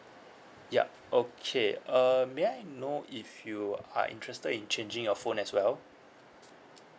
yup okay uh may I know if you are interested in changing your phone as well